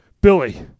Billy